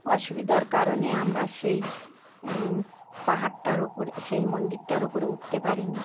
অসুবিধার কারণে আমরা সেই পাহাড়টার ওপরে সেই মন্দিরটার ওপরে উঠতে পারিনি